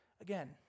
again